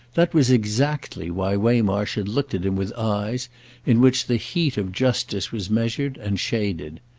that was exactly why waymarsh had looked at him with eyes in which the heat of justice was measured and shaded.